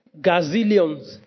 gazillions